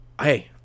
hey